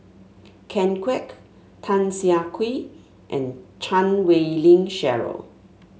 Ken Kwek Tan Siah Kwee and Chan Wei Ling Cheryl